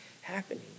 happening